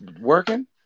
working